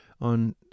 on